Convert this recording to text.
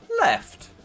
left